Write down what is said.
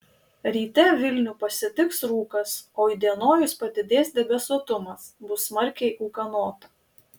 ryte vilnių pasitiks rūkas o įdienojus padidės debesuotumas bus smarkiai ūkanota